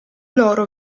loro